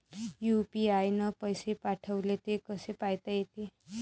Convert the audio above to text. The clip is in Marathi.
यू.पी.आय न पैसे पाठवले, ते कसे पायता येते?